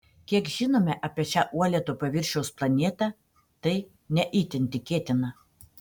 kiek žinome apie šią uolėto paviršiaus planetą tai ne itin tikėtina